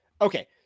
Okay